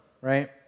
right